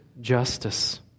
justice